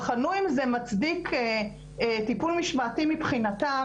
בחנו אם זה מצדיק טיפול משמעתי מבחינתם